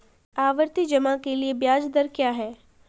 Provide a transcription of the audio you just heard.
आवर्ती जमा के लिए ब्याज दर क्या है?